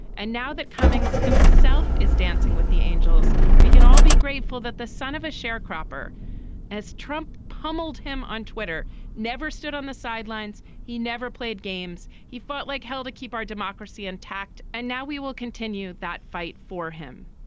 and now that cummings himself is dancing with the angels we can all be grateful that the son of a sharecropper as trump pummeled him on twitter never stood on the sidelines. he never played games. he fought like hell to keep our democracy intact. and now we will continue that fight for him.